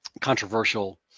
controversial